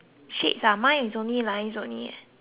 is only lines only eh